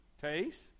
Taste